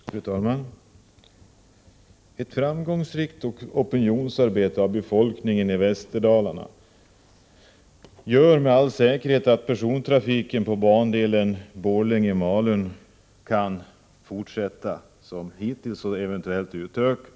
Fru talman! Ett framgångsrikt opinionsarbete av befolkningen i Västerdalarna gör med all säkerhet att persontrafiken på bandelen Borlänge-Malung kan fortsätta som hittills — och eventuellt utökas.